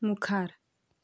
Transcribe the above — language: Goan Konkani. मुखार